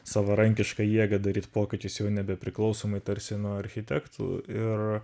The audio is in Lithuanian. savarankišką jėgą daryt pokyčius jau nebepriklausomai tarsi nuo architektų ir